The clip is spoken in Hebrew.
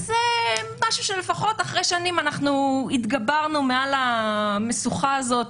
וזה משהו שלפחות אחרי שנם התגברנו מעל המשוכה הזאת,